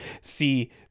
see